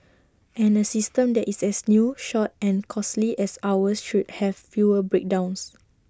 and A system that is as new short and costly as ours should have fewer breakdowns